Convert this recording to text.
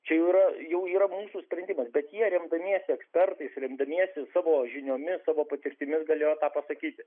čia jau yra jau yra mūsų sprendimas bet jie remdamiesi ekspertais remdamiesi savo žiniomis savo patirtimis galėjo tą pasakyti